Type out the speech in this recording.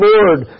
Lord